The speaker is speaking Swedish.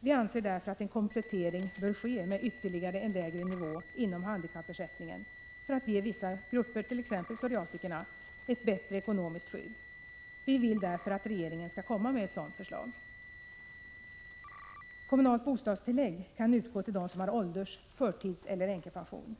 Vi anser att en komplettering bör ske med ytterligare en lägre nivå inom handikappersättningen för att ge vissa grupper, t.ex. psoriatikerna, ett bättre ekonomiskt skydd. Vi vill därför att regeringen skall komma med ett sådant förslag. Kommunalt bostadstillägg kan utgå till dem som har ålders-, förtidseller änkepension.